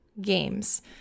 games